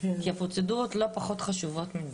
כי הפרוצדורות לא פחות חשובות.